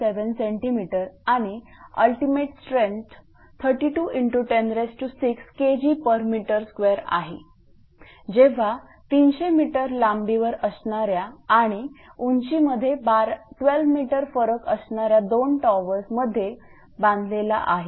7 cm आणि ultimate strength 32×106Kgm2आहे जेव्हा 300 m लांबीवर असणाऱ्या आणि आणि उंचीमध्ये 12 m फरक असणाऱ्या दोन टॉवरमध्ये बांधलेला आहे